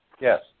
Yes